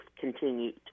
continued